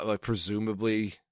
Presumably